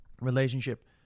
relationship